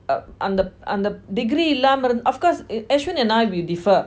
uh அந்த அந்த:antha antha degree lah இல்லாம இருந்து:illama irunthu of course as~ ashwin and I we differ